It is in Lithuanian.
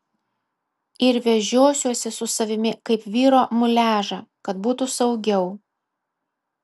ir vežiosiuosi su savimi kaip vyro muliažą kad būtų saugiau